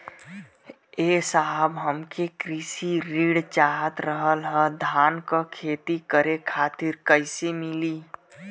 ए साहब हमके कृषि ऋण चाहत रहल ह धान क खेती करे खातिर कईसे मीली?